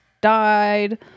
died